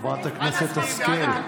חברת הכנסת השכל,